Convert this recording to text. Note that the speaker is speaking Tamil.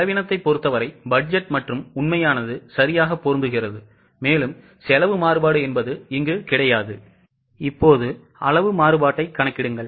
செலவினத்தைப் பொறுத்தவரை பட்ஜெட் மற்றும் உண்மையானது சரியாக பொருந்துகிறது செலவு மாறுபாடு இல்லை இப்போது அளவு மாறுபாட்டைக் கணக்கிடுங்கள்